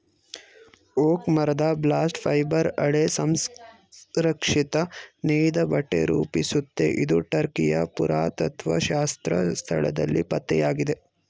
oak ಮರದ bast fibre ಹಳೆ ಸಂರಕ್ಷಿತ ನೇಯ್ದಬಟ್ಟೆ ರೂಪಿಸುತ್ತೆ ಇದು ಟರ್ಕಿಯ ಪುರಾತತ್ತ್ವಶಾಸ್ತ್ರ ಸ್ಥಳದಲ್ಲಿ ಪತ್ತೆಯಾಗಿದೆ